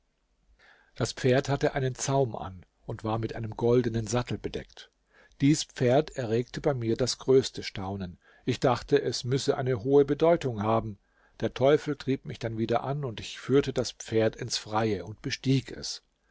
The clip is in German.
das pferd hatte einen zaum an und war mit einem goldenen sattel bedeckt dies pferd erregte bei mir das größte staunen ich dachte es müsse eine hohe bedeutung haben der teufel trieb mich dann wieder an und ich führte das pferd ins freie und bestieg es